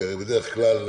כי הרי בדרך כלל,